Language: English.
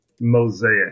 mosaic